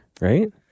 right